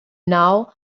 now